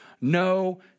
no